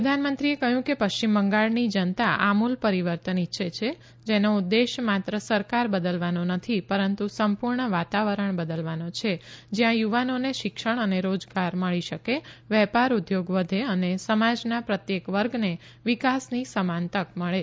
પ્રધાનમંત્રીએ કહ્યું કે પશ્ચિમ બંગાળની જનતા આમુલ પરિવર્તન ઇચ્છે છે જેનો ઉદેશ્ય માત્ર સરકાર બદલવાનો નથી પરંતુ સંપૂર્ણ વાતાવરણ બદલવાનો છે જ્યાં યુવાનોને શિક્ષણ અને રોજગાર મળી શકે વેપાર ઉદ્યોગ વધે અને સમાજના પ્રત્યેક વર્ગને વિકાસની સમાન તક મળે